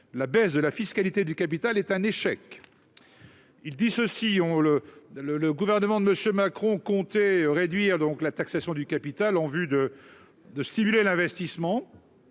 la baisse de la fiscalité du capital est un échec, il dit ceci, on le le le gouvernement de monsieur Macron comptez réduire donc la taxation du capital en vue de de stimuler l'investissement.